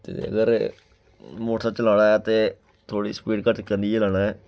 ते अगर मोटरसैकल चलाना ऐ ते थोह्ड़ी स्पीड घट्ट करियै गै चलाना ऐ